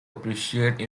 appreciate